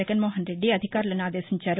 జగన్మోహన్రెడ్డి అధికారులను ఆదేశించారు